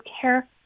care